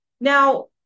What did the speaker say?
Now